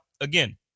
again